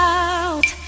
out